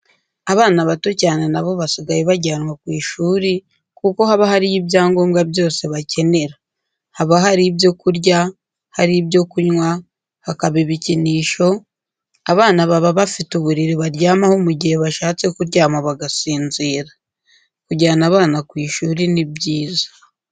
Abana bato cyane na bo basigaye bajyanwa ku ishuri kuko haba hariyo ibyangombwa byose bakenera. Haba hari ibyo kurya, hari ibyo kunywa, hakaba ibikinisho, abana baba bafite uburiri baryamaho mu gihe bashatse kuryama bagasinzira. Kujyana abana ku ishuri ni byiza.